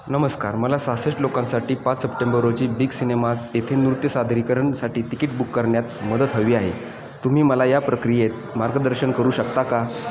नमस्कार मला सहासष्ट लोकांसाठी पाच सप्टेंबर रोजी बिग सिनेमाज येथे नृत्य सादरीकरणासाठी तिकीट बुक करण्यात मदत हवी आहे तुम्ही मला या प्रक्रियेत मार्गदर्शन करू शकता का